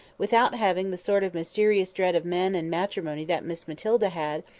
without having the sort of mysterious dread of men and matrimony that miss matilda had,